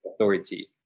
authority